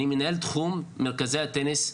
אני מנהל תחום מרכזי הטניס,